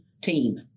team